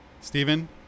Stephen